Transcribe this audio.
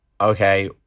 Okay